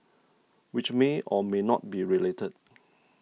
which may or may not be related